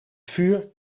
vuur